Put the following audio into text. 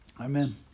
Amen